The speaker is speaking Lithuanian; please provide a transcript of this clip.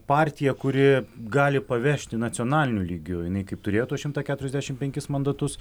partija kuri gali pavežti nacionaliniu lygiu jinai kaip turėtų šimtą keturiasdešimt penkis mandatus